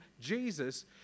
Jesus